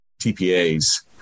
TPAs